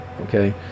okay